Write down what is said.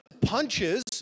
punches